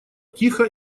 тихо